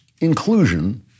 inclusion